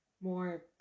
more